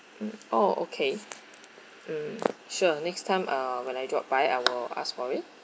oh okay mm sure next time uh when I drop by I will ask for it